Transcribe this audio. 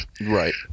Right